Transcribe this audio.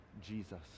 jesus